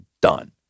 done